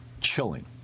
chilling